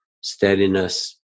steadiness